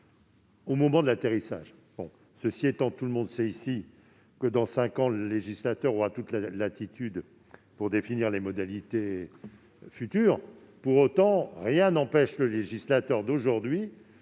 au moment de l'atterrissage. Cela étant, nous savons tous que, dans cinq ans, le législateur aura toute latitude pour définir les modalités du moment. Pour autant, rien n'empêche le législateur d'aujourd'hui